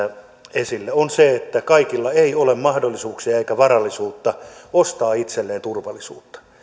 esille kaikilla ei ole mahdollisuuksia eikä varallisuutta ostaa itselleen turvallisuutta